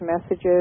messages